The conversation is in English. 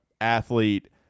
athlete